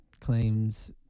claims